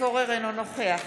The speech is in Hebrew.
אינו נוכח